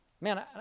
Man